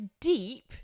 deep